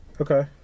Okay